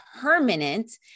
permanent